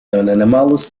anomalous